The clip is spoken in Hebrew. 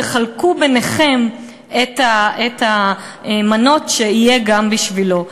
תחלקו ביניכם את המנות כך שיהיה גם בשבילו.